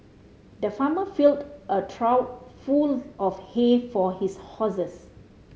the farmer filled a trough full of hay for his horses